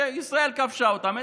שישראל כבשה אותם.